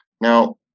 Now